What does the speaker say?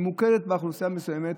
ממוקדת באוכלוסייה מסוימת,